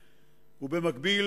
אבל הן לא הנחיות